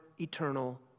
eternal